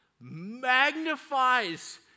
magnifies